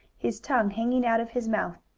his tongue hanging out of his mouth.